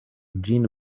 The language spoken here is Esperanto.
ĝin